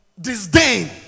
disdain